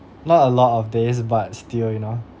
not a lot of days but still you know